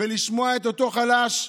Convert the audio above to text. ולשמוע את אותו חלש,